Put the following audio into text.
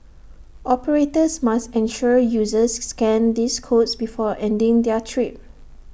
operators must ensure users scan these codes before ending their trip